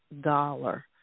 dollar